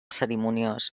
cerimoniós